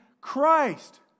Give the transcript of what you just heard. Christ